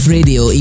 Radio